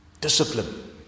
Discipline